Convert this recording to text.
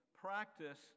practice